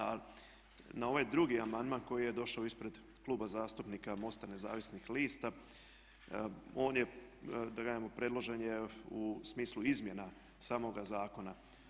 A na ovaj drugi amandman koji je došao ispred Kluba zastupnika MOST-a nezavisnih lista on je da kažem predložen u smislu izmjena samoga zakona.